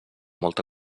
molta